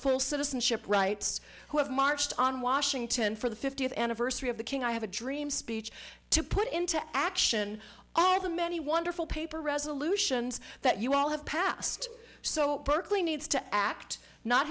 full citizenship rights who have marched on washington for the fiftieth anniversary of the king i have a dream speech to put into action are the many wonderful paper resolutions that you all have passed so perfectly needs to act not